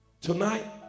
Tonight